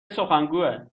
سخنگویه